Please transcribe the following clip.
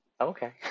Okay